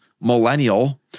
millennial